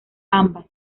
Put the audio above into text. ambas